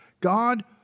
God